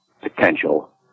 potential